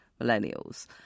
millennials